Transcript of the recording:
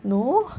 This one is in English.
no